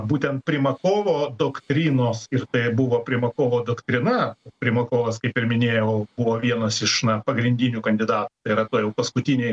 būtent primakovo doktrinos ir tai buvo primakovo doktrina primakovas kaip ir minėjau buvo vienas iš na pagrindinių kandidatų tai yra toj jau paskutinėj